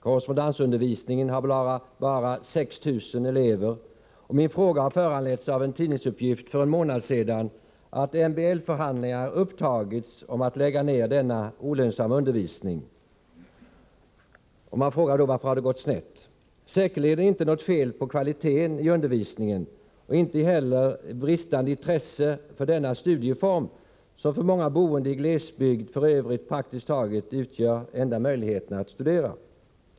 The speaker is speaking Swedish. Korrespondensundervisningen har bara 6 000 elever, och min fråga har föranletts av en tidningsuppgift för en månad sedan att MBL-förhandlingar upptagits om att lägga ner denna olönsamma undervisning. Man frågar då: Varför har det gått snett? Säkerligen är det inte något fel på kvaliteten i undervisningen och säkerligen inte heller något bristande intresse för denna studieform, som för många boende i glesbygd f.ö. praktiskt taget utgör enda möjligheten att studera.